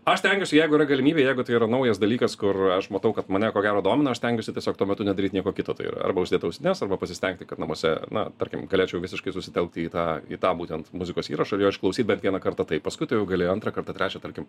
aš stengiuosi jeigu yra galimybė jeigu tai yra naujas dalykas kur aš matau kad mane ko gero domina aš stengiuosi tiesiog tuo metu nedaryt nieko kito arba užsidėt ausines arba pasistengti kad namuose na tarkim galėčiau visiškai susitelkt į tą į tą būtent muzikos įrašą ir jo išklausyt bent vieną kartą taip paskui tai jau gali antrą kartą trečią tarkim